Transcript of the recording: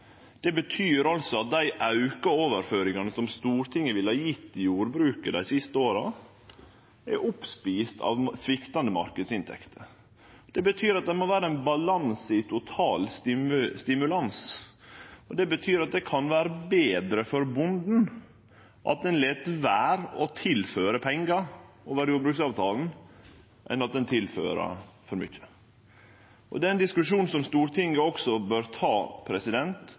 Det betyr at dei auka overføringane som Stortinget ville ha gjeve jordbruket dei siste åra, er etne opp av sviktande marknadsinntekter. Det betyr at det må vere ein balanse i total stimulans, og at det kan vere betre for bonden at ein lèt vere å tilføre pengar over jordbruksavtalen enn at ein tilfører for mykje. Det er ein diskusjon som Stortinget òg bør ta,